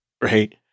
Right